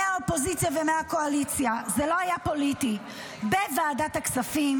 מהאופוזיציה ומהקואליציה בוועדת הכספים,